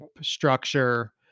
structure